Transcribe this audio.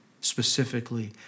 specifically